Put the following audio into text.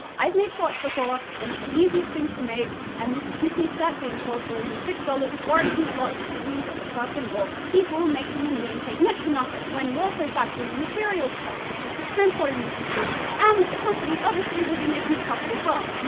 i've made shorts before. they're not the easiest things to make. and this two piece set being sold for only six dollars worries me a lot because it means that the person or people making them are getting paid next-to-nothing, when you also factor in materials cost, the cost of transporting those materials, and that the company, obviously, will be making a profit as well.